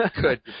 Good